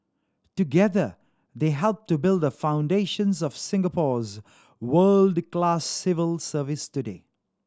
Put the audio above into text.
together they helped to build the foundations of Singapore's world class civil service today